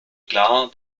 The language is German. klar